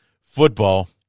football